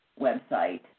website